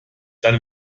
dann